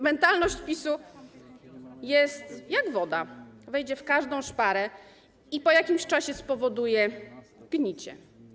Mentalność PiS-u jest jak woda, wejdzie w każdą szparę i po jakimś czasie spowoduje gnicie.